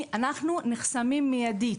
אנחנו נחסמים מיידית.